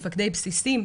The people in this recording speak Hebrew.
מפקדי בסיסים,